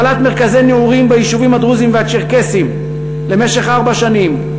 הפעלת מרכזי נעורים ביישובים הדרוזיים והצ'רקסיים למשך ארבע שנים.